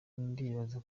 ndibaza